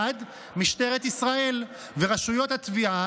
1. משטרת ישראל ורשויות התביעה,